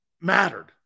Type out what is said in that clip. mattered